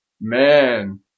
Man